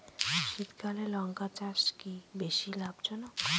শীতকালে লঙ্কা চাষ কি বেশী লাভজনক?